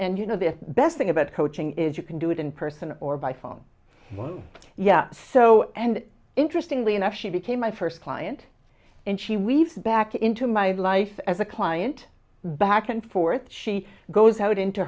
and you know the best thing about coaching is you can do it in person or by phone one yeah so and interestingly enough she became my first client and she weaves back into my life as a client back and forth she goes out into